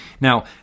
now